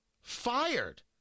fired